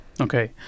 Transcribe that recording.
okay